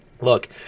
Look